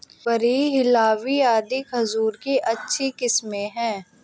बरही, हिल्लावी आदि खजूर की अच्छी किस्मे हैं